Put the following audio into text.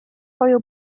koju